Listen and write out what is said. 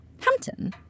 Hampton